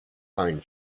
pine